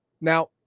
Now